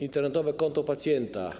Internetowe konto pacjenta.